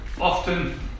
often